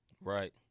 Right